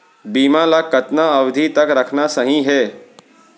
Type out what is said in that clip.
बीमा ल कतना अवधि तक रखना सही हे?